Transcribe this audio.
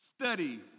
study